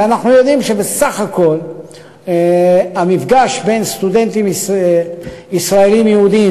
אנחנו יודעים שבסך הכול המפגש בין סטודנטים ישראלים יהודים